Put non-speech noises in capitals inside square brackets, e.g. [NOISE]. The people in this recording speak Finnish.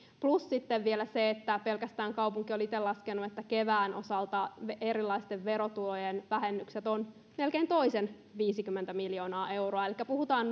plus sitten vielä se että kaupunki on itse laskenut että pelkästään kevään osalta erilaisten verotulojen vähennykset ovat melkein toiset viisikymmentä miljoonaa euroa elikkä puhutaan [UNINTELLIGIBLE]